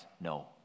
no